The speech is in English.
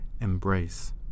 embrace